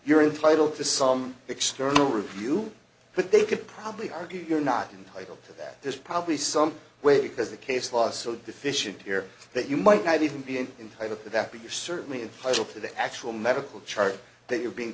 you're entitle to some external review but they could probably argue you're not entitle to that there's probably some way because the case law so deficient here that you might not even be in entitle that you're certainly entitled to the actual medical chart that you're being